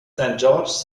george’s